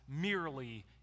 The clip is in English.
merely